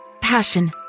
Passion